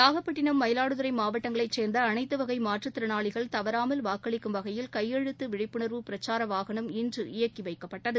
நாகப்பட்டினம் மயிலாடுதுறைமாவட்டங்களைச் சேர்ந்தஅனைத்துவகைமாற்றுத் திறனாளிகள் தவறாமல் வாக்களிக்கும் கையெழுத்துவிழிப்புணர்வு வகையில் பிரச்சாரவாகனம் இயக்கிவைக்கப்பட்டது